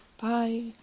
Bye